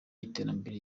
y’iterambere